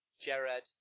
Jared